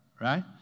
Right